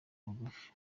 bugufi